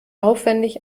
aufwendig